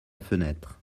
fenêtre